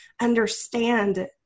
understand